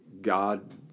God